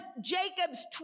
Jacob's